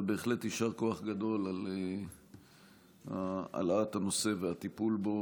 בהחלט יישר כוח גדול על העלאת הנושא והטיפול בו,